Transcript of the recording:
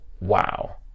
wow